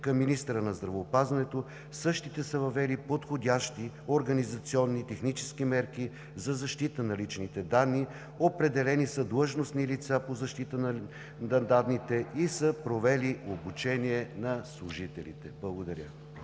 към министъра на здравеопазването същите са въвели подходящи организационни и технически мерки за защита на личните данни, определили са длъжностни лица по защита на данните и са провели обучения на служителите. Благодаря